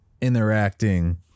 interacting